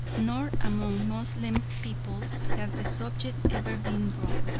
nor among moslem peoples has the subject ever been dropped.